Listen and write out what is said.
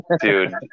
dude